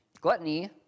Gluttony